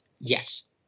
Yes